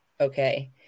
Okay